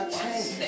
change